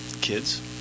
kids